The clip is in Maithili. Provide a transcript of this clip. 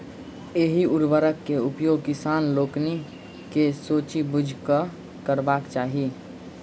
एहि उर्वरक के उपयोग किसान लोकनि के सोचि बुझि कअ करबाक चाही